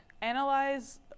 analyze